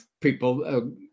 people